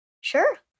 Sure